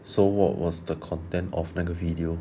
so what was the content of 那个 video